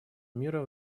мира